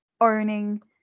owning